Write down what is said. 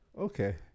Okay